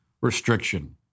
restriction